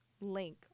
link